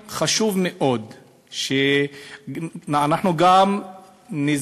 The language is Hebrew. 2. חשוב מאוד שאנחנו ניזום